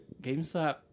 GameStop